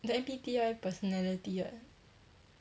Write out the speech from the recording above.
the M_B_T_I personality [what]